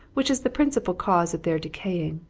which is the principal cause their decaying.